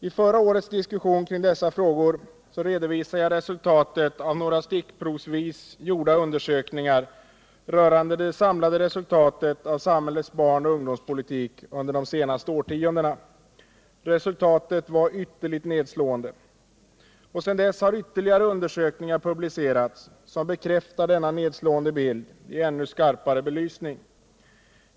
I förra årets diskussion kring dessa frågor redovisade jag resultatet av några stickprovsvis gjorda undersökningar rörande det samlade resultatet av samhällets barnoch ungdomspolitik under de senaste årtiondena. Resultatet var synnerligen nedslående. Sedan dess har ytterligare undersökningar publicerats, som bekräftar denna nedslående bild i ännu skarpare belysning.